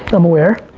i'm aware.